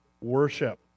worship